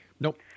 Nope